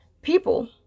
people